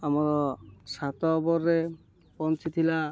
ଆମର ସାତ ଓଭର୍ରେ ପହଞ୍ଚିଥିଲା